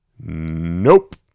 Nope